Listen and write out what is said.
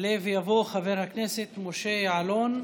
יעלה ויבוא חבר הכנסת משה יעלון.